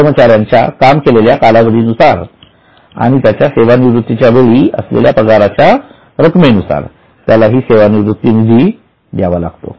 कर्मचाऱ्याच्या काम केलेल्या कालावधी नुसार आणि त्याच्या सेवानिवृत्तीच्या वेळी असलेल्या पगाराच्या रकमेनुसार त्याला हा सेवा निवृत्ती निधी द्यावा लागतो